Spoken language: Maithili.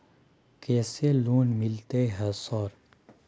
कैसे लोन मिलते है सर?